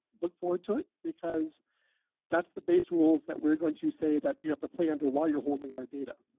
look forward to it, because that's the basic rules that we're going to say that you have to play under while you're holding our data.